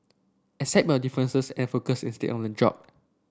accept your differences and focus instead on the job